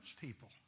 people